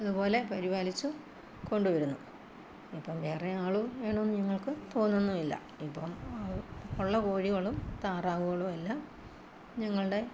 അതുപോലെ പരിപാലിച്ച് കൊണ്ടുവരുന്നു ഇപ്പം വേറെ ആൾ വേണമെന്നു ഞങ്ങൾക്ക് തോന്നുന്നുമില്ല ഇപ്പം ഉള്ള കോഴികളും താറാവുകളുമെല്ലാം ഞങ്ങളുടെ